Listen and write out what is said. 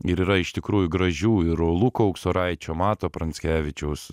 ir yra iš tikrųjų gražių ir o luko auksoraičio mato pranckevičiaus